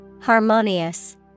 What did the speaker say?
Harmonious